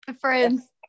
friends